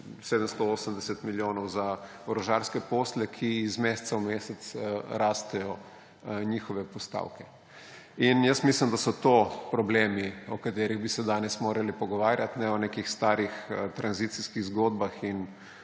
780 milijonov za orožarske posle, iz meseca v mesec pa rastejo njihove postavke. Jaz mislim, da so to problemi, o katerih bi se danes morali pogovarjati, ne o nekih starih tranzicijskih zgodbah,